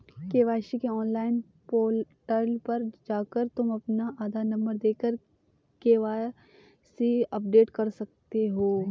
KYC के online portal पर जाकर तुम अपना आधार नंबर देकर के.वाय.सी अपडेट कर सकते हो